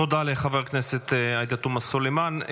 תודה לחברת הכנסת עאידה תומא סלימאן.